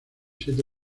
siete